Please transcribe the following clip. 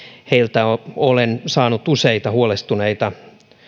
heiltä olen saanut useita huolestuneita